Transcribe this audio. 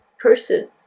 person